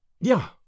Yeah